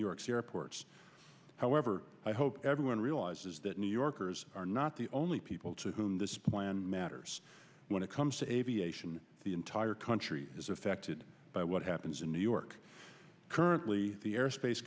york's airports however i hope everyone realizes that new yorkers are not the only people to whom this plan matters when it comes to aviation the entire country is affected by what happens in new york currently the airspace